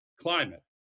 climate